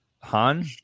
Han